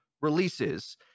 releases